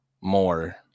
more